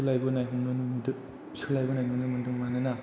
सोलायबोनाय नुनो मोन्दों सोलायबोनाय नुनो मोन्दों मानोना